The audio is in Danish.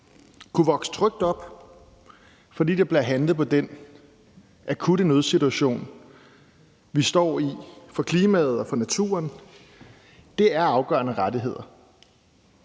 kunne vokse trygt op, fordi der bliver handlet på den akutte nødsituation, vi står i, hvad angår klimaet og naturen, er afgørende rettigheder.